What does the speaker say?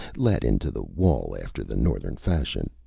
let into the wall after the northern fashion.